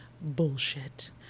bullshit